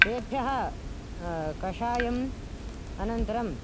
तेभ्यः कषायम् अनन्तरम्